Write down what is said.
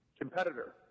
competitor